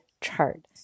chart